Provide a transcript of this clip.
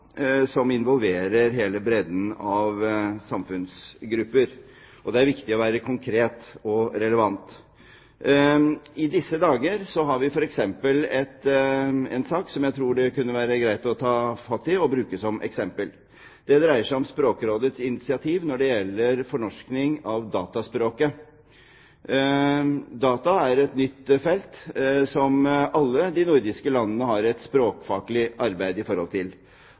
som involverer hele bredden av samfunnsgrupper, og det er viktig å være konkret og relevant. I disse dager har vi en sak som jeg tror det kunne være greit å ta fatt i og bruke som eksempel. Det dreier seg om Språkrådets initiativ når det gjelder fornorskning av dataspråket. Data er et nytt felt, som alle de nordiske landene har et språkfaglig arbeid i forhold til.